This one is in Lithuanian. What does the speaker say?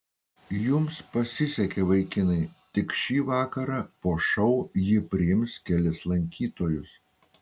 jums pasisekė vaikinai tik šį vakarą po šou ji priims kelis lankytojus